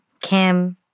Kim